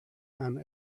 and